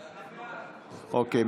אוקיי.